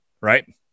right